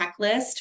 checklist